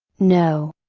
no.